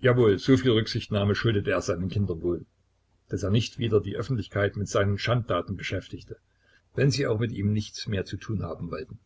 jawohl soviel rücksichtnahme schuldete er seinen kindern wohl daß er nicht wieder die öffentlichkeit mit seinen schandtaten beschäftigte wenn sie auch mit ihm nichts mehr zu tun haben wollten